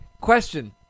question